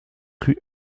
rue